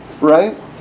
right